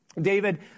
David